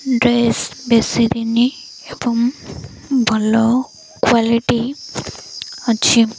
dress ବେଶି ଦିନ ଏବଂ ଭଲ କ୍ୱାଲିଟି ଅଛି